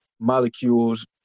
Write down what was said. molecules